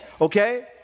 okay